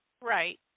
Right